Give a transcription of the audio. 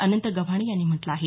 अनंत गव्हाणे यांनी म्हटलं आहे